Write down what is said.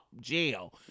jail